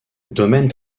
domaine